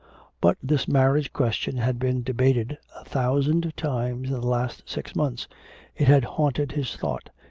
but this marriage question had been debated a thousand times in the last six months it had haunted his thought,